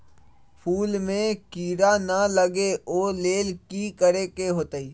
फूल में किरा ना लगे ओ लेल कि करे के होतई?